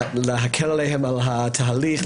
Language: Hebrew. להקל עליהם את התהליך,